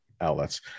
outlets